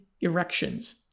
erections